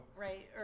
right